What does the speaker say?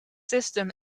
system